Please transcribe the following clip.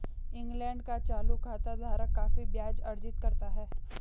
England का चालू खाता धारक काफी ब्याज अर्जित करता है